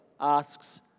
asks